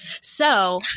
So-